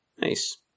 Nice